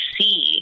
see